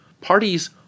Parties